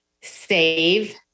save